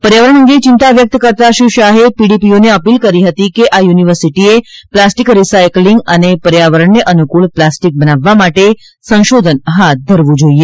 પર્યાવરણ અંગે ચિંતા વ્યક્ત કરતા શ્રી શાહે પીડીપીયુને અપીલ કરી હતી કે આ યુનિવર્સિટીએ પ્લાસ્ટીક રીસાયક્લીંગ અને પર્યાવરણને અનુકૂળ પ્લાસ્ટિક બનાવવા માટે સંશોધન હાથ ધરવું જોઈએ